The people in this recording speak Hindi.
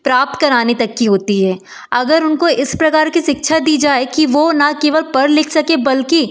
प्राप्त कराने तक की होती है अगर उनको इस प्रकार की शिक्षा दी जाए कि वह न केवल पढ़ लिख सके बल्कि